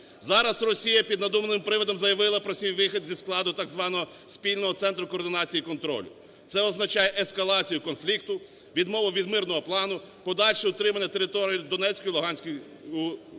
Зараз Росія під надуманим приводом заявила про свій вихід зі складу так званого спільного центру координації контролю. Це означає ескалацію конфлікту, відмову від мирного плану, подальше утримання території Донецької, Луганської під